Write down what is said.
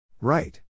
Right